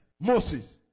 Moses